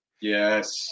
Yes